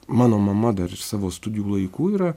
mano mama dar iš savo studijų laikų yra